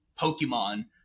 Pokemon